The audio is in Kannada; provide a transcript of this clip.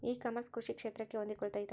ಇ ಕಾಮರ್ಸ್ ಕೃಷಿ ಕ್ಷೇತ್ರಕ್ಕೆ ಹೊಂದಿಕೊಳ್ತೈತಾ?